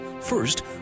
first